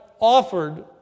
offered